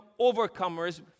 overcomers